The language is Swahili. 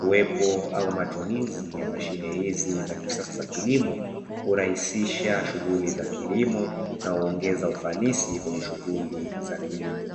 uwepo au matumizi ya mashine hizi za kisasa za kilimo urahisisha shughuli za kilimo na kuongeza ufanisi kwenye shughuli za kilimo.